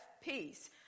peace